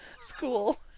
School